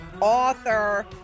author